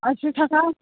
आसि थाखा